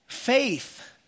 Faith